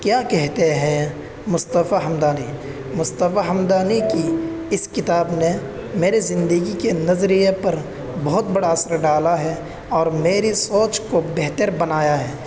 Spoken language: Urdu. کیا کہتے ہیں مصطفیٰ ہمدانی مصطفیٰ ہمدانی کی اس کتاب نے میرے زندگی کے نظریے پر بہت بڑا اثر ڈالا ہے اور میری سوچ کو بہتر بنایا ہے